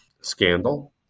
scandal